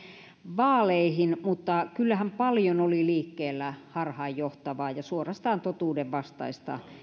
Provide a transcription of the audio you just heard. vaaleihin mutta kyllähän paljon oli liikkeellä harhaanjohtavaa ja suorastaan totuudenvastaista